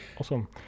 awesome